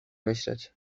myśleć